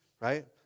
right